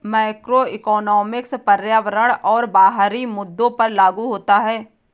macroeconomics पर्यावरण और बाहरी मुद्दों पर लागू होता है